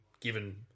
given